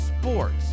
sports